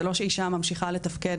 זה לא שאישה ממשיכה לתפקד,